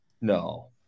No